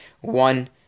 one